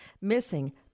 missing